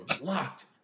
locked